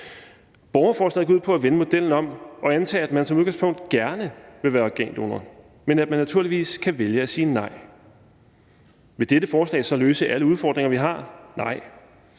Borgerforslaget går ud på at vende modellen om og antager, at man som udgangspunkt gerne vil være organdonor, men at man naturligvis kan vælge at sige nej. Vil dette forslag så løse alle udfordringer, vi har? Nej,